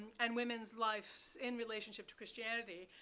and women's life in relationship to christianity,